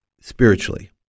spiritually